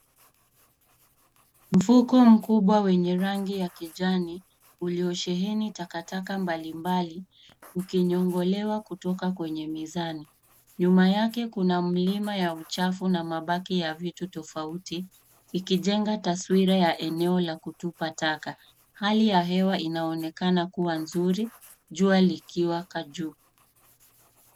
Mfuko mkubwa wenye rangi ya kijani, uliosheheni takataka mbalimbali, ukinyongolewa kutoka kwenye mizani. Nyuma yake kuna milima ya uchafu na mabaki ya vitu tofauti, ikijenga taswira ya eneo la kutupa taka. Hali ya hewa inaonekana kuwa nzuri jua likiwaka juu.